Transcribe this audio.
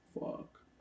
fuck